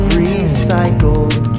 recycled